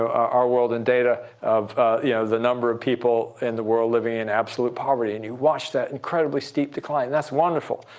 our world in data of yeah the number of people in the world living in absolute poverty. and you watch that incredibly steep decline. and that's wonderful.